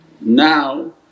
now